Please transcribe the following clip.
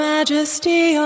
Majesty